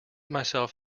myself